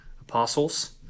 apostles